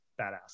badass